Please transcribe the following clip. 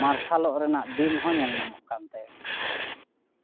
ᱢᱟᱨᱥᱟᱞᱚᱜ ᱨᱮᱱᱟᱜ ᱫᱤᱱ ᱦᱚᱸ ᱧᱮᱞ ᱧᱟᱢᱚᱜ ᱠᱟᱱ ᱛᱟᱭᱟ